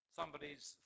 Somebody's